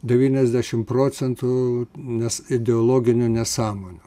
devyniasdešim procentų nes ideologinių nesąmonių